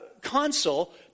console